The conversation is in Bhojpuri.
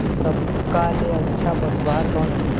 सबका ले अच्छा पशु आहार कवन होखेला?